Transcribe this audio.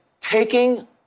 taking